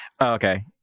Okay